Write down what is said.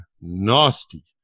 nasty